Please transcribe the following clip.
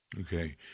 Okay